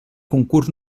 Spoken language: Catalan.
concurs